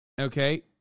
okay